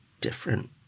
different